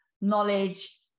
knowledge